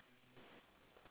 so regarding the